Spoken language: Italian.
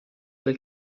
del